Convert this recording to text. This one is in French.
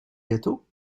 gâteau